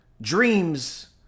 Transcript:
dreams